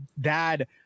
dad